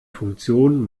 funktion